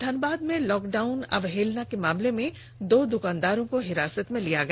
धनबाद में लॉकडाउन अवहेलना के मामले में दो दुकानदारों को हिरासत में लिया गया